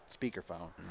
speakerphone